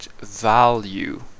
value